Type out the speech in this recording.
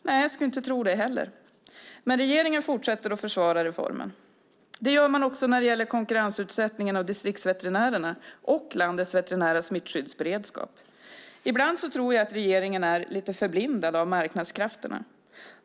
Nej, jag skulle inte tro det heller. Men regeringen fortsätter att försvara reformen. Det gör man också när det gäller konkurrensutsättningen av distriktsveterinärerna och landets veterinära smittskyddsberedskap. Ibland tror jag regeringen är lite förblindad av marknadskrafterna.